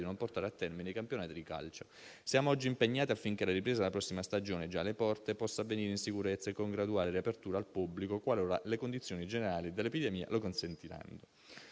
di non portare a termine i campionati di calcio. Siamo oggi impegnati affinché la ripresa della prossima stagione già alle porte possa avvenire in sicurezza e con graduale riapertura al pubblico qualora le condizioni generali dell'epidemia lo consentiranno.